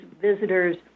visitors